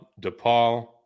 DePaul